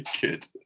Good